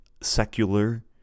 secular